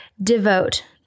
devote